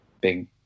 big